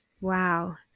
Wow